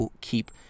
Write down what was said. keep